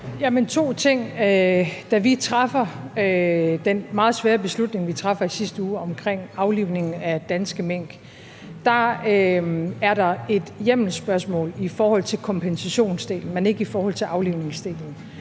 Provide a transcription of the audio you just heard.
to ting: Da vi træffer den meget svære beslutning, vi træffer i sidste uge omkring aflivningen af danske mink, er der et hjemmelspørgsmål i forhold til kompensationsdelen, men ikke i forhold til aflivningsdelen,